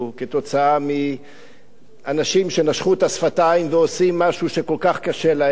כתוצאה מכך שאנשים נשכו את השפתיים ועושים משהו שכל כך קשה להם.